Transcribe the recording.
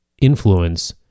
influence